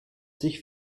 sich